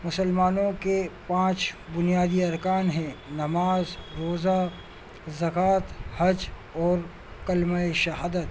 مسلمانوں کے پانچ بنیادی ارکان ہیں نماز روزہ زکوٰۃ حج اور کلمۂ شہادت